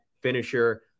finisher